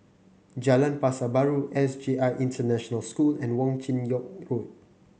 Jalan Pasar Baru S J I International School and Wong Chin Yoke Road